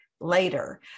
later